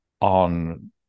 on